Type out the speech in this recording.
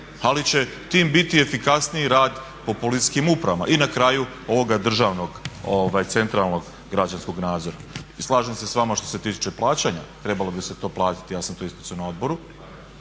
ali će tim biti efikasniji rad po policijskim upravama i na kraju ovoga, državnog centralnog građanskog nadzora. I slažem se s vama što se tiče plaćanja, trebalo bi se to platiti, ja sam to isticao na odboru.